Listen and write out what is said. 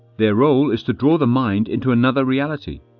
their role is to draw the mind into another reality,